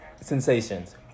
sensations